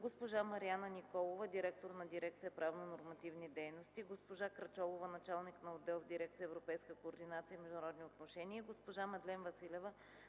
госпожа Марияна Николова – директор на дирекция „Правно-нормативни дейности”, госпожа Крачолова – началник на отдел в дирекция „Европейска координация и международни отношения”, и госпожа Мадлен Василева